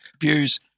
views